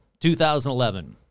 2011